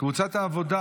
קבוצת סיעת העבודה,